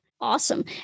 Awesome